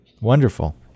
Wonderful